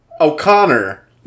O'Connor